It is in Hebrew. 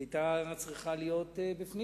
היא היתה צריכה להיות בפנים.